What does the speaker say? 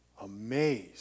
amazed